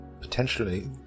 potentially